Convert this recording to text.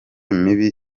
mibi